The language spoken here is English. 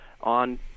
on